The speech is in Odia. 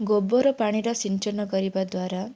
ଗୋବର ପାଣିର ସିଞ୍ଚନ କରିବା ଦ୍ୱାରା